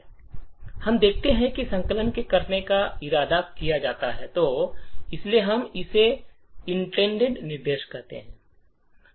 हम देखते हैं कि संकलक ने करने का इरादा किया था और इसलिए हम इसे इंटटेड निर्देश कहते हैं